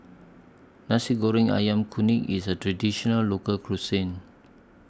Nasi Goreng Ayam Kunyit IS A Traditional Local Cuisine